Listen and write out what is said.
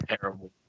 Terrible